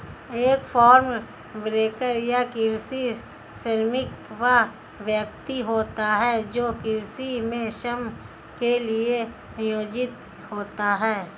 एक farm worker या कृषि श्रमिक वह व्यक्ति होता है जो कृषि में श्रम के लिए नियोजित होता है